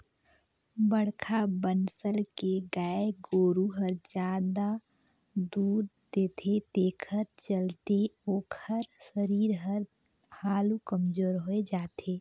बड़खा बनसल के गाय गोरु हर जादा दूद देथे तेखर चलते ओखर सरीर हर हालु कमजोर होय जाथे